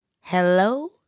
Hello